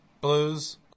Blues